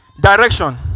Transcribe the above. direction